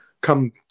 come